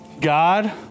God